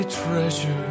treasure